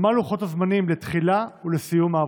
3. מה לוחות הזמנים לתחילת ולסיום העבודות?